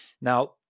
Now